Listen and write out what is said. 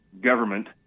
government